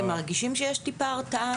אתם מרגישים שיש טיפה הרתעה?